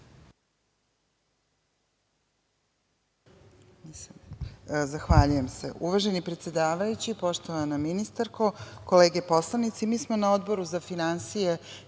Zahvaljujem se, uvaženi predsedavajući. Poštovana ministarko, kolege poslanici, mi smo na Odboru za finansije